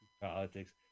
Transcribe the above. politics